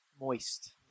Moist